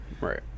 right